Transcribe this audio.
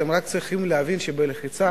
אתם רק צריכים להבין שבלחיצה